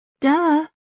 Duh